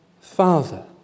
Father